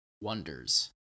wonders